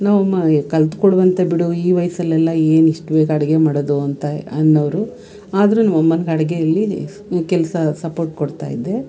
ನಮ್ಮಅಮ್ಮಾಗೆ ಕಲಿತ್ಕೊಳುವಂತೆ ಬಿಡು ಈ ವಯಸ್ಸಲ್ಲೆಲ್ಲ ಏನು ಇಷ್ಟು ಬೇಗ ಅಡುಗೆ ಮಾಡೋದು ಅಂತ ಅನ್ನೋರು ಆದರೂ ನಮ್ಮಅಮ್ಮನ್ಗೆ ಅಡುಗೆಯಲ್ಲಿ ಈ ಕೆಲಸ ಸಪೋರ್ಟ್ ಕೊಡ್ತಾಯಿದ್ದೆ